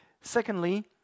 Secondly